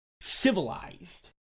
Civilized